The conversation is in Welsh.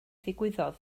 ddigwyddodd